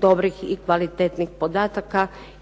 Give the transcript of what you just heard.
dobrih i kvalitetnih podataka.